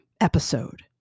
episode